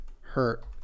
hurt